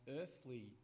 earthly